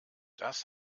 das